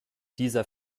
dieser